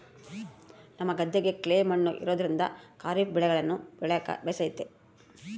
ನಮ್ಮ ಗದ್ದೆಗ ಕ್ಲೇ ಮಣ್ಣು ಇರೋದ್ರಿಂದ ಖಾರಿಫ್ ಬೆಳೆಗಳನ್ನ ಬೆಳೆಕ ಬೇಸತೆ